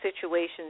situations